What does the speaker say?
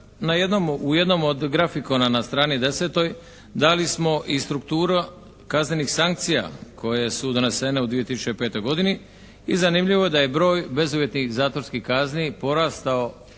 u jednom od grafikona na strani 10. dali smo i strukturu kaznenih sankcija koje su donesene u 2005. godini. I zanimljivo je da je broj bezuvjetnih zatvorskih kazni porastao